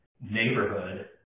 neighborhood